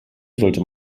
sollte